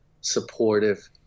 supportive